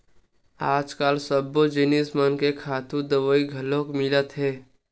आजकाल सब्बो जिनिस मन के खातू दवई घलोक मिलत हे